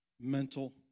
mental